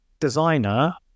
designer